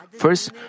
First